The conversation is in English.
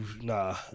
nah